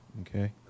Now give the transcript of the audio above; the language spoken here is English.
Okay